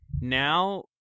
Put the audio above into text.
now